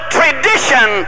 tradition